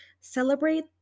celebrate